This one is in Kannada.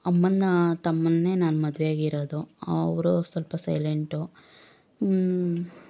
ಅಮ್ಮನ ತಮ್ಮನ್ನೇ ನಾನು ಮದುವೆ ಆಗಿರೋದು ಅವರು ಸ್ವಲ್ಪ ಸೈಲೆಂಟು